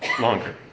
longer